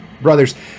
Brothers